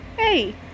Hey